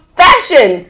fashion